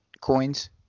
coins